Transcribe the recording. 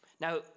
Now